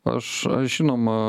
aš aš žinoma